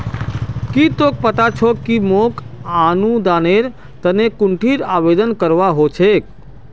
की तोक पता छोक कि मोक अनुदानेर तने कुंठिन आवेदन करवा हो छेक